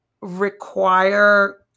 require